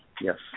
Yes